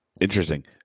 Interesting